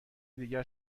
دیگر